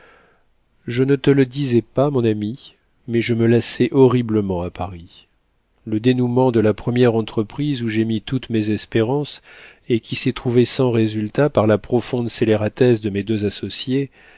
je ne te le disais pas mon ami mais je me lassais horriblement à paris le dénoûment de la première entreprise où j'ai mis toutes mes espérances et qui s'est trouvée sans résultats par la profonde scélératesse de mes deux associés